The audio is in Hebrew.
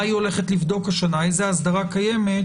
היא הולכת לבדוק השנה איזו אסדרה קיימת